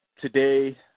today